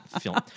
Film